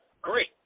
Great